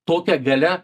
tokia galia